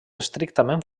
estrictament